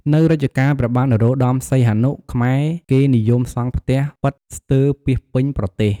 នៅរជ្ជកាលព្រះបាទនរោត្តមសីហនុ ខ្មែរគេនិយមសង់ផ្ទះប៉ិតស្ទើរពាសពេញប្រទេស។